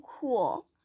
cool